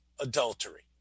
adultery